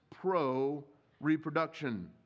pro-reproduction